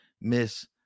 miss